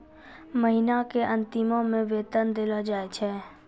महिना के अंतिमो मे वेतन देलो जाय छै